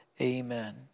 amen